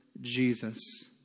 Jesus